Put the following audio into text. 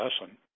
lesson